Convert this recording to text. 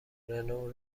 رنو